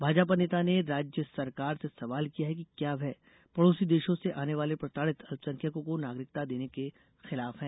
भाजपा नेता ने राज्य सरकार से सवाल किया है कि क्या वह पड़ौसी देशों से आने वाले प्रताड़ित अल्पसंख्यकों को नागरिकता देने के खिलाफ है